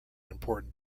important